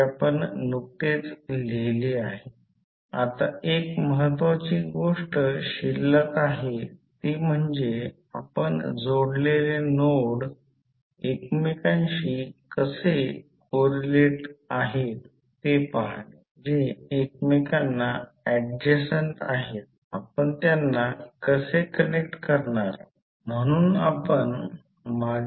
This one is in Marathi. तर हे समीकरण 2 आहे हे समीकरण 1 आहे हे i1 आणि i2 साठी सोडवले आहे मला आशा आहे की हे समजले असेल म्हणजे जर हे समजले असेल तर हा प्रॉब्लेम समजला असेल तर इतर कोणताही प्रॉब्लेम सोडविण्यासाठी कोणतीही अडचण येणार नाही मॅग्नेटिक सर्किटमधील समस्या सोडविण्यासाठी फक्त डॉट कन्व्हेन्शन पहावी लागेल